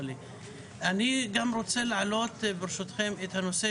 אני גם רוצה להעלות ברשותכם את הנושא